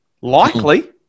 Likely